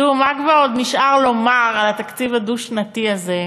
מה כבר נשאר לומר על התקציב הדו-שנתי הזה,